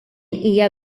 hija